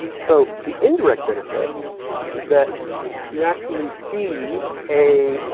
so, the indirect benefit is that you actually see a